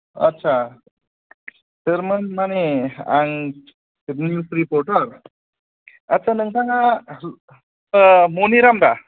आदसा सोरमोन मानि आं निउस रिप'रटार आदसा नोथाङा मनिराम दा